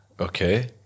Okay